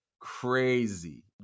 Crazy